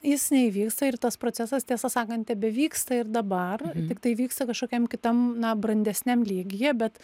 jis neįvyksta ir tas procesas tiesą sakant tebevyksta ir dabar tik tai vyksta kažkokiam kitam na brandesniam lygyje bet